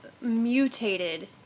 mutated